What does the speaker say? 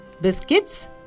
biscuits